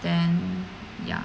then ya